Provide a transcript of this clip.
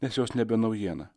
nes jos nebe naujiena